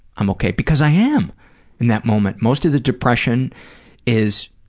i'm okay'. because i am in that moment. most of the depression is